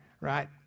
right